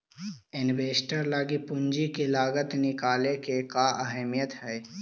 Investor लागी पूंजी के लागत निकाले के का अहमियत हई?